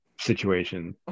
situation